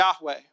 Yahweh